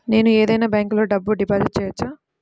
నేను ఏదైనా బ్యాంక్లో డబ్బు డిపాజిట్ చేయవచ్చా?